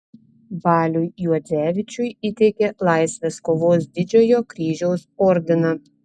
baliui juodzevičiui įteikė laisvės kovos didžiojo kryžiaus ordiną